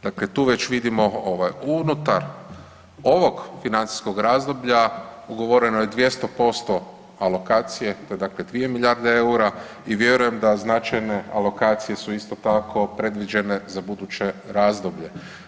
Dakle, tu već vidimo ovaj unutar ovog financijskog razdoblja ugovoreni je 200% alokacije to je dakle 2 milijarde EUR-a i vjerujem da značajne alokacije su isto tako predviđene za buduće razdoblje.